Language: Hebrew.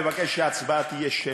אני מבקש שההצבעה תהיה שמית.